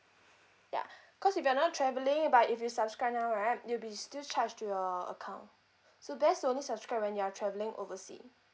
yeah cause if you are not travelling but if you subscribe now right you'll be still charged to your account so best only subscribe when you are travelling oversea